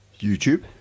YouTube